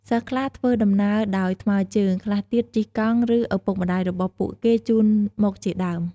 សិស្សខ្លះធ្វើដំណើរដោយថ្មើរជើង ខ្លះទៀតជិះកង់ ឬ ឪពុកម្ដាយរបស់ពួកគេជូនមកជាដើម។